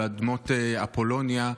על אדמות אפולוניה,